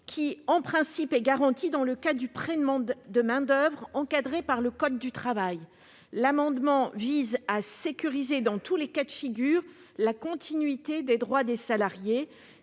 qui, en principe, est garantie dans le cas de prêt de main-d'oeuvre encadré par le code du travail. Il tend à sécuriser, dans tous les cas de figure, la continuité des droits des salariés.